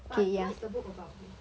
but what's the book about who